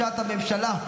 תודה.